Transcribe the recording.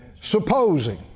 supposing